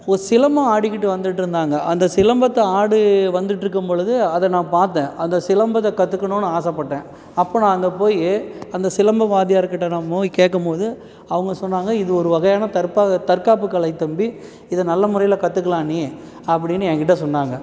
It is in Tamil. ஒ சிலம்பம் ஆடிக்கிட்டு வந்துட்டிருந்தாங்க அந்த சிலம்பத்தை ஆடி வந்துட்டிருக்கும் பொழுது அதை நான் பார்த்தேன் அந்த சிலம்பத்தை கற்றுக்கணுன்னு ஆசைப்பட்டேன் அப்போ நான் அங்கே போய் அந்த சிலம்பம் வாத்தியாருக்கிட்ட நான் போய் கேட்கம்போது அவங்க சொன்னாங்க இது ஒரு வகையான தற்ப தற்காப்புக் கலை தம்பி இதை நல்ல முறையில் கற்றுக்கலாம் நீ அப்படின்னு எங்கிட்ட சொன்னாங்க